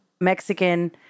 Mexican